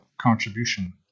Contribution